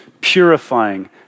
purifying